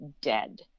dead